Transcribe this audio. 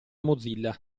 mozilla